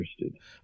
interested